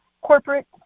corporate